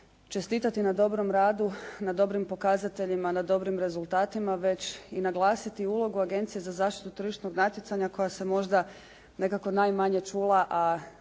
čestitati na dobrom radu, na dobrim pokazateljima, na dobrim rezultatima, već i naglasiti ulogu Agencije za zaštitu tržišnog natjecanja koja se možda nekako manje čula, a